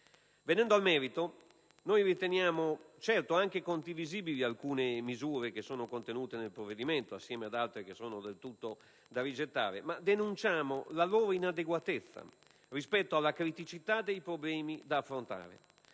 Venendo al merito, riteniamo condivisibili alcune misure contenute nel provvedimento, mentre altre sono del tutto da rigettare, ma denunciamo la loro inadeguatezza rispetto alla criticità dei problemi da affrontare.